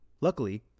Luckily